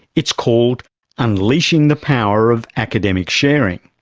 it's called unleashing the power of academic sharing.